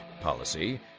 policy